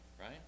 right